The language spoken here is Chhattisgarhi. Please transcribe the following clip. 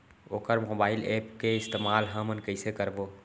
वोकर मोबाईल एप के इस्तेमाल हमन कइसे करबो?